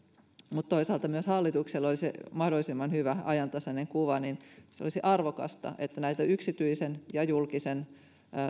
mutta toisaalta myös hallituksella olisi mahdollisimman hyvä ajantasainen kuva niin se olisi arvokasta että näitä yksityisen ja julkisen